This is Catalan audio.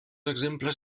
exemples